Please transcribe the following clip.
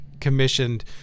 commissioned